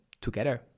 together